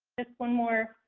just one more